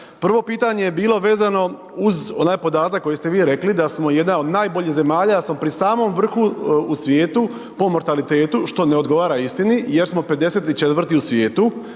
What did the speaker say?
Prvo pitanje je bilo vezano uz onaj podatak koji ste vi rekli da smo jedna od najboljih zemalja, da smo pri samom vrhu u svijetu po mortalitetu, što ne odgovara istini jer smo 54. u svijetu,